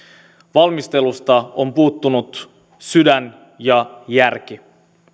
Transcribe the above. valmistelusta on puuttunut sydän ja järki